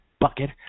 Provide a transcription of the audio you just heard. bucket